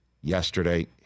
yesterday